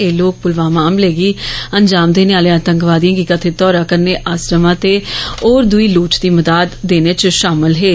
एह लोक पुलवामा हमले गी अंजाम देने ैआहले आतंकवादिये गी कथित तौरा कन्नै आसरमा ते होर दुई लोड़चदी मदाद देने इव शामिल हे